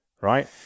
Right